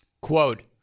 Quote